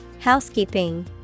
Housekeeping